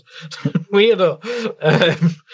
Weirdo